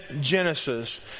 Genesis